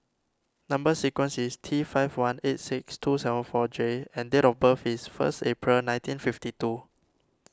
Number Sequence is T five one eight six two seven four J and date of birth is first April nineteen fifty two